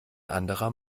anderer